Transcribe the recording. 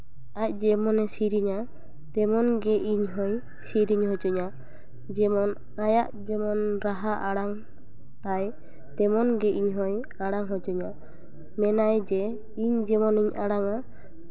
ᱟᱡ ᱡᱮᱢᱚᱱᱮ ᱥᱮᱨᱮᱧᱟ ᱛᱮᱢᱚᱱ ᱜᱮ ᱤᱧ ᱦᱚᱭ ᱥᱮᱨᱮᱧ ᱦᱚᱪᱚᱧᱟ ᱡᱮᱢᱚᱱ ᱟᱭᱟᱜ ᱡᱮᱢᱚᱱ ᱨᱟᱦᱟ ᱟᱲᱟᱝ ᱛᱟᱭ ᱛᱮᱢᱚᱱ ᱜᱮ ᱤᱧᱦᱚᱭ ᱟᱲᱟᱝ ᱦᱚᱪᱚᱧᱟ ᱢᱮᱱᱟᱭ ᱡᱮ ᱤᱧ ᱡᱮᱢᱚᱱᱤᱧ ᱟᱲᱟᱝᱟ